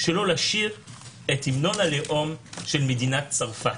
שרתי את המנון הלאום של מדינת צרפת,